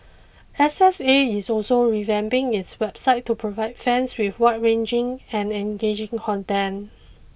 S S A is also revamping its website to provide fans with wide ranging and engaging content